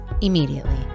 immediately